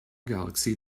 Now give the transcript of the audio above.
galaxy